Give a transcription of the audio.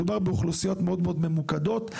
מדובר באוכלוסיות מאוד ממוקדות,